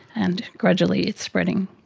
and gradually it's spreading.